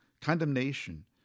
condemnation